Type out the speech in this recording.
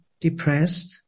depressed